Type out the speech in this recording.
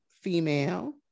female